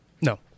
No